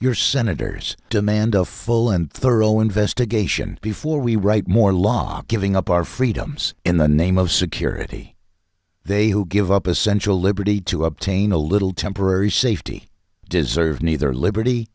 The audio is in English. your senators demand a full and thorough investigation before we write more law giving up our freedoms in the name of security they will give up essential liberty to obtain a little temporary safety deserve neither liberty